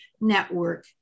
network